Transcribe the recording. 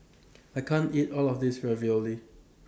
I can't eat All of This Ravioli